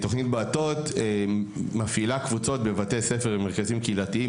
תכנית 'בועטות' מפעילה קבוצות בבתי ספר ומרכזים קהילתיים,